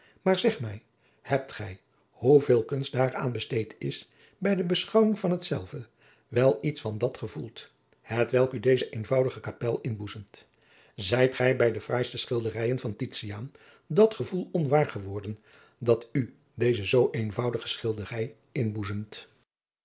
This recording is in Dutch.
maar zeg mij hebt gij hoe veel kunst daaraan besteed is bij de beschouwing van hetzelve wel iets van dat gevoeld hetwelk u deze eenvoudige kapel inboezemt zijt gij bij de fraaiste schilderijen van titiaan dat gevoel ontwaar geworden dat u deze zoo eenvoudige schilderij